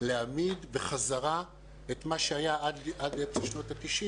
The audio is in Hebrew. להעמיד בחזרה את מה שהיה עד אמצע שנות ה-90',